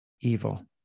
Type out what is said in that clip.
evil